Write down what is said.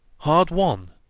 hard-won,